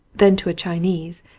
then to a chinese,